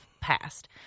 passed